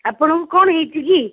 ଆପଣଙ୍କୁ କ'ଣ ହେଇଛି କି